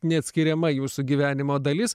neatskiriama jūsų gyvenimo dalis